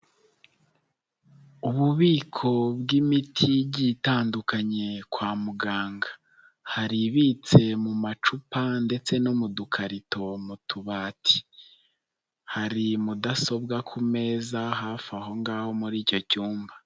Ububiko bw'imiti itandukanye kwa muganga, hari ibitse mu macupa ndetse no mu dukarito mu tubati, hari mudasobwa ku meza hafi aho ngaho muri icyo cyumba.